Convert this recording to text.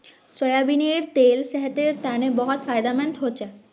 सोयाबीनेर तेल सेहतेर तने बहुत फायदामंद हछेक